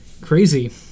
crazy